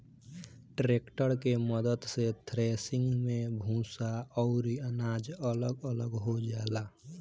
tractor के मद्दत से थ्रेसिंग मे भूसा अउरी अनाज अलग अलग हो जाला